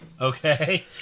Okay